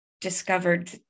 discovered